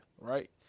right